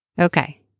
Okay